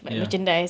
ya